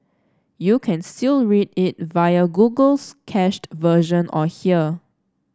you can still read it via Google's cached version or here